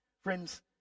Friends